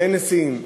ואין נשיאים.